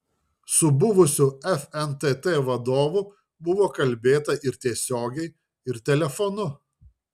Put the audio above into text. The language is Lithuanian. su buvusiu fntt vadovu buvo kalbėta ir tiesiogiai ir telefonu